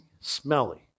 smelly